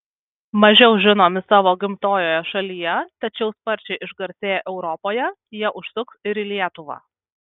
mažiau žinomi savo gimtojoje šalyje tačiau sparčiai išgarsėję europoje jie užsuks ir į lietuvą